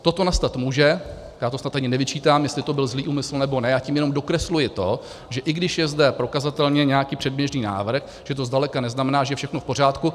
Toto nastat může, já to snad ani nevyčítám, jestli to byl zlý úmysl, nebo ne, já tím jenom dokresluji to, že i když je zde prokazatelně nějaký předběžný návrh, tak to zdaleka neznamená, že je všechno v pořádku.